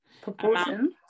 proportion